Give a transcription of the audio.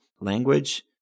Language